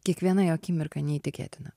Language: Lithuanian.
kiekviena jo akimirka neįtikėtina